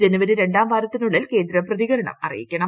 ജനുവരി രണ്ടാം വാരത്തിനുള്ളിൽ കേന്ദ്രം പ്രതികരണം അറിയിക്കണം